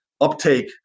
uptake